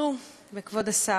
וכבוד השר,